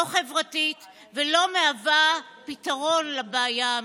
לא חברתית ולא מהווה פתרון לבעיה האמיתית.